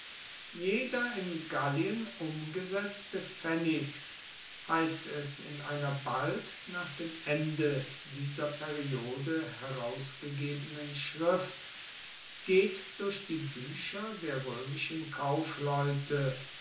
jeder in gallien umgesetzte pfennig heißt es in einer bald nach dem ende dieser periode herausgegebenen schrift geht durch die bücher der römischen kaufleute